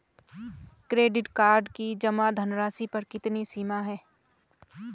Credit card की जमा धनराशि पर कितनी सीमा है?